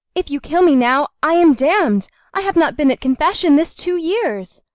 if you kill me now, i am damn'd i have not been at confession this two years.